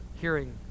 hearing